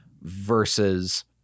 versus